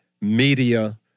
media